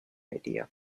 idea